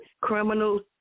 criminals